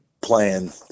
playing